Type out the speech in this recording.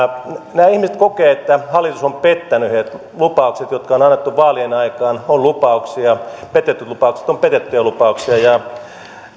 nämä ihmiset kokevat että hallitus on pettänyt heidät lupaukset jotka on annettu vaalien aikaan ovat lupauksia petetyt lupaukset ovat petettyjä lupauksia ja